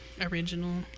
original